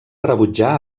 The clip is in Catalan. rebutjar